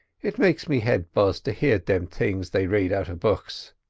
it makes me head buzz to hear them things they rade out of books.